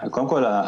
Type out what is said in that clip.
קודם כול,